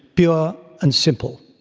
pure and simple.